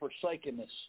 forsakenness